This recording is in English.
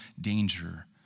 danger